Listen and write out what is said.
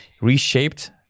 reshaped